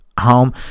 home